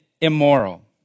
immoral